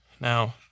Now